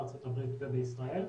ארה"ב וישראל.